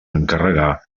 encarregà